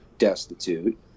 destitute